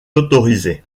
autorisé